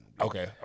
okay